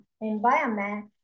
environment